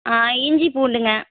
ஆ இஞ்சி பூண்டுங்க